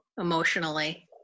emotionally